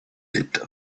lit